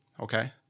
Okay